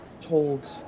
told